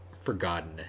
forgotten